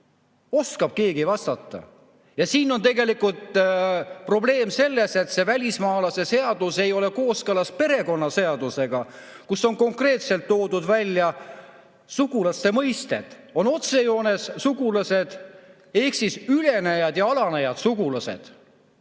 Oskab keegi vastata? Ja siin on tegelikult probleem selles, et see välismaalaste seadus ei ole kooskõlas perekonnaseadusega, kus on konkreetselt toodud sugulaste mõisted, on otsejoones sugulased ehk on ülenejad ja alanejad sugulased.